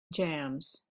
jams